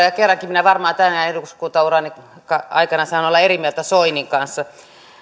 ja kerrankin minä tämän eduskuntaurani aikana saan olla eri mieltä soinin kanssa